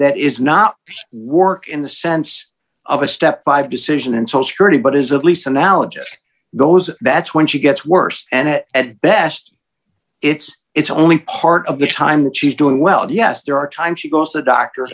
that is not work in the sense of a step five decision and so security but is at least analogous those that's when she gets worse and at best it's it's only part of the time that she's doing well and yes there are times she goes to doctor